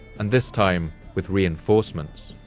and this time with reinforcements.